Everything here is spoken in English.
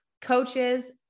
coaches